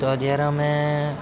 તો ત્યારે અમે